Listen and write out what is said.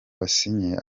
basinye